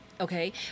Okay